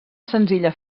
senzilla